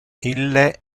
ille